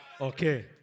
Okay